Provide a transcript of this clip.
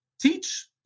teach